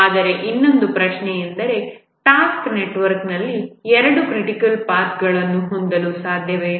ಆದರೆ ಇನ್ನೊಂದು ಪ್ರಶ್ನೆಯೆಂದರೆಟಾಸ್ಕ್ ನೆಟ್ವರ್ಕ್ನಲ್ಲಿ ಎರಡು ಕ್ರಿಟಿಕಲ್ ಪಾಥ್ಗಳನ್ನು ಹೊಂದಲು ಸಾಧ್ಯವೇ